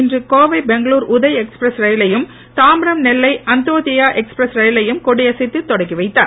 றுன்று Kovai Bengaluru Uday express ரயிலையும் Tambaram Nellai Antyodaya express ரயிலையும் கொடியசைத்து தொடக்கி வைத்தார்